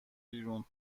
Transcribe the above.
بیرون